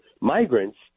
migrants